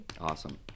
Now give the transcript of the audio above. awesome